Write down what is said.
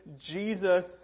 Jesus